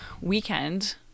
weekend